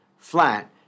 flat